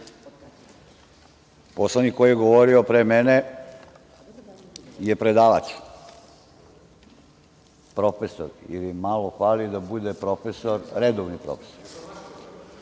tako. Poslanik koji je govorio pre mene je predavač, profesor, ili malo fali da bude profesor, redovni profesor.